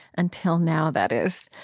until now, that is.